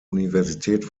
universität